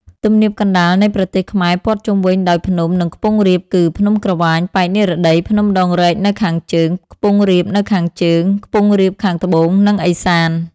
ទំនាបកណ្តាលនៃប្រទេសខ្មែរព័ទ្ធជំុវិញដោយភ្នំ និងខ្ពង់រាបគឺ ភ្នំក្រវាញប៉ែកនិរតី ភ្នំដងរែកនៅខាងជើង ខ្ពង់រាបនៅខាងជើង ខ្ពង់រាបខាងត្បូងនិង ឦសាន។